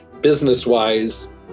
business-wise